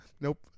nope